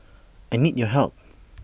I need your help